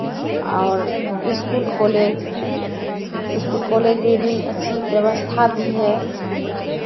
और school college school college में भी अच्छी व्यवस्था दी है